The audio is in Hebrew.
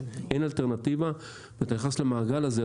אין אלטרנטיבה ואתה נכנס למעגל הזה,